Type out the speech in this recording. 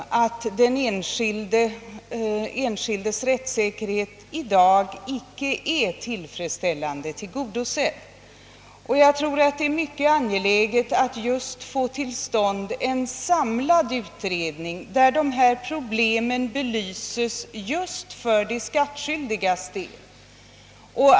Kvar står dock faktum, att den enskildes rättssäkerhet i dag inte är tillfredsställande tillgodosedd. Jag tror att det är mycket angeläget att få till stånd en samlad utredning, där dessa problem belyses just från den skattskyldiges synpunkt.